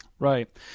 Right